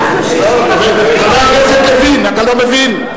המס הוא 60%. חבר הכנסת לוין, אתה לא מבין?